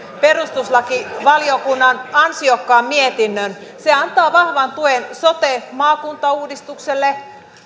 perustuslakivaliokunnan ansiokkaan mietinnön se antaa vahvan tuen sote maakuntauudistukselle